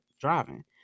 driving